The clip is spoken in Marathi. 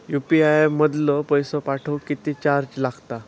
यू.पी.आय मधलो पैसो पाठवुक किती चार्ज लागात?